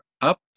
up